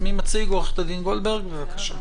עו"ד גולדברג, בבקשה.